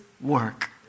work